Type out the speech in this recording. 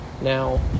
Now